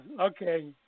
Okay